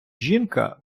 жінка